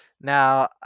Now